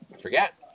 forget